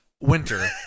winter